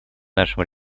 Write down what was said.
нашем